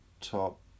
top